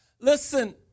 Listen